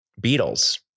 Beatles